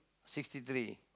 sixty three